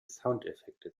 soundeffekte